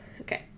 Okay